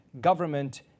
government